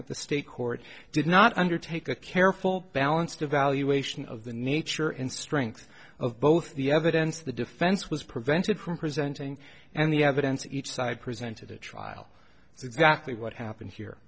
with the state court did not undertake a careful balance devaluation of the nature and strength of both the evidence the defense was prevented from presenting and the evidence each side presented a trial is exactly what happened